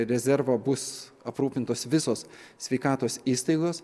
rezervo bus aprūpintos visos sveikatos įstaigos